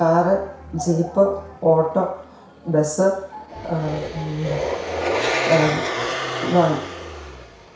car jeep auto bus van